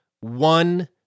one